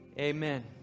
Amen